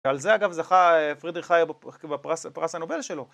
על זה אגב זכה פרידריך האייק בפרס הנובל שלו